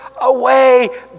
away